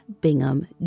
Bingham